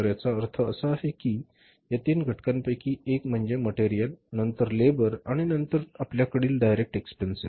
तर याचा अर्थ असा आहे की या तीन घटकांपैकी एक म्हणजेमटेरियल नंतर लेबर आणि नंतर आपल्याकडील डायरेक्ट एक्सपेन्सेस